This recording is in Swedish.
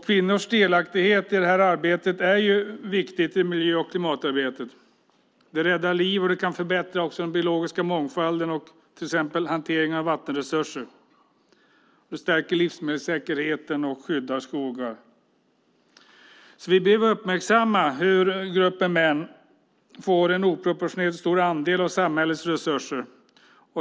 Kvinnors delaktighet i miljö och klimatarbetet är viktig. Det räddar liv, och det kan förbättra den biologiska mångfalden och till exempel hanteringen av vattenresurser. Det stärker livsmedelssäkerheten och skyddar skogar. Vi behöver uppmärksamma hur gruppen män får en oproportionerligt stor andel av samhällets resurser.